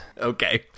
Okay